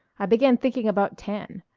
i began thinking about tan.